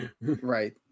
Right